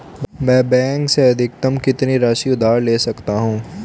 मैं बैंक से अधिकतम कितनी राशि उधार ले सकता हूँ?